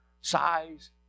size